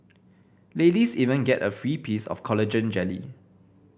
ladies even get a free piece of collagen jelly